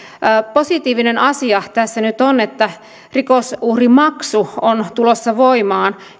positiivinen asia tässä nyt on että rikosuhrimaksu on tulossa voimaan